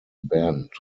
banned